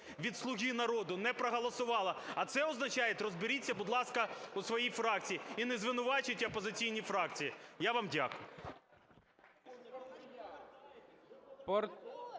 від "Слуги народу" не проголосувало, а це означає, розберіться, будь ласка, у своїй фракції і не звинувачувати опозиційні фракції. Я вам дякую.